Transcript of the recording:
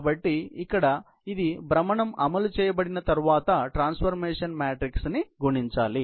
కాబట్టి మనము ఇక్కడ ఇది భ్రమణం అమలు చేయబడిన తరువాత ట్రాన్స్ఫర్మేషన్ మ్యాట్రిక్స్ ను గుణించాలి